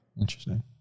interesting